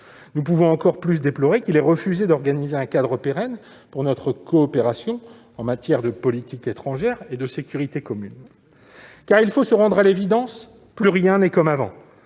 Nous pouvons encore plus déplorer qu'il ait refusé d'organiser un cadre pérenne pour notre coopération en matière de politique étrangère et de sécurité commune. Il faut se rendre à l'évidence : plus rien n'est comme avant.